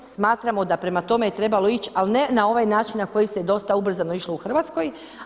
Smatramo da prema tome je trebalo ići ali ne na ovaj način na koji se dosta ubrzano išlo u Hrvatskoj.